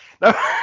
No